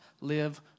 live